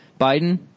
Biden